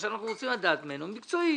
מה שאנחנו רוצים לדעת ממנו זה מקצועית,